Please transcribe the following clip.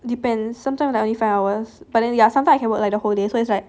depends sometimes like only five hours but then ya sometimes I can work like the whole day so it's like